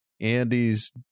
Andy's